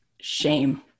shame